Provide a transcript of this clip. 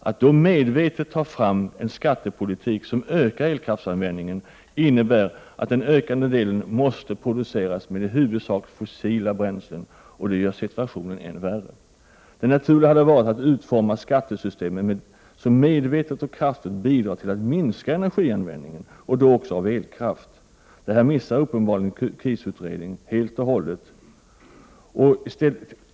Att då medvetet ta fram en skattepolitik som medför att elkraftsanvändningen ökar, innebär att den ökande delen måste produceras med i huvudsak fossila bränslen, och det gör situationen än värre. Det naturliga hade varit att utforma ett skattesystem som medvetet och kraftfullt bidrar till att energianvändningen minskar, och då också användningen av elkraft. Detta missar uppenbarligen KIS-utredningen helt och hållet.